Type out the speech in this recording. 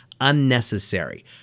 unnecessary